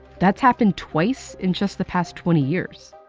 that's happened twice in just the past twenty years.